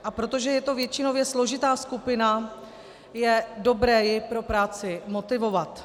A protože je to většinově složitá skupina, je dobré ji pro práci motivovat.